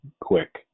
quick